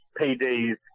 PD's